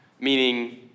meaning